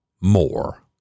more